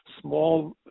small